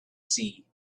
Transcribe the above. see